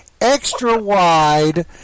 extra-wide